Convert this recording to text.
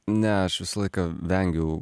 ne aš visą laiką vengiau